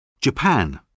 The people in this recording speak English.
Japan